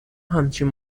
همچین